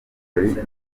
jolie